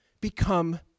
become